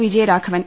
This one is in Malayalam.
വിജയരാഘവൻ